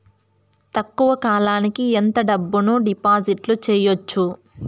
తక్కువ కాలానికి ఎంత డబ్బును డిపాజిట్లు చేయొచ్చు?